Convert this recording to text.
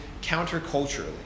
counterculturally